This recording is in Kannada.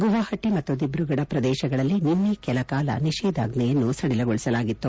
ಗುವಾಹಟ ಮತ್ತು ದಿಬ್ರುಗಢ ಪ್ರದೇಶಗಳಲ್ಲಿ ನಿನ್ನೆ ಕೆಲ ಕಾಲ ನಿಷೇಧಾಜ್ವೆಯನ್ನು ಸಡಿಲುಗೊಳಿಸಲಾಗಿತ್ತು